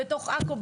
בתוך עכו,